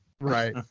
Right